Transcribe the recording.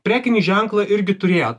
prekinį ženklą irgi turėjot